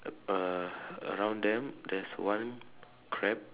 a~ uh around them there's one crab